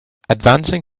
advancing